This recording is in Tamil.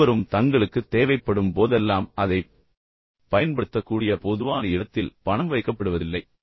இருவரும் தங்களுக்குத் தேவைப்படும் போதெல்லாம் அதைப் பயன்படுத்தக்கூடிய பொதுவான இடத்தில் பணம் வைக்கப்படுவதில்லை